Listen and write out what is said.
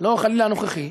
לא חלילה הנוכחי,